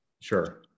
Sure